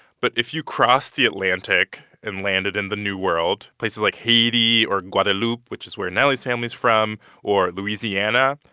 but if you cross the atlantic and landed in the new world, places like haiti or guadalupe which is where nelly's family is from or louisiana,